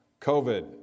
COVID